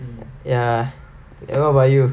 ya what about you